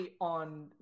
on